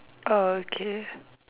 orh okay